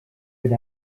per